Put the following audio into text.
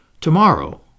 Tomorrow